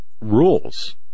rules